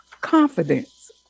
confidence